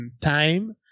time